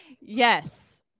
Yes